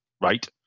right